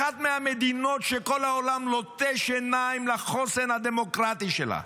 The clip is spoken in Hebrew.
אחת מהמדינות שכל העולם לוטש עיניים לחוסן הדמוקרטי שלה,